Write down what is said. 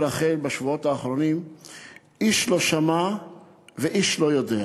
רחל בשבועות האחרונים איש לא שמע ואיש לא יודע.